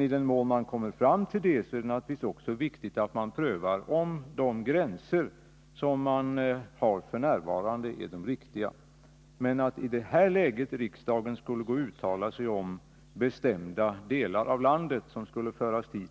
I den mån man kommer fram till det, är det givetvis också viktigt att man prövar om de gränser som f. n. gäller är de riktiga. Men att riksdagen i det här läget skulle uttala sig om vilka bestämda delar av landet som skulle inordnas i